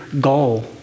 goal